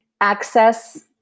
access